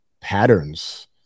patterns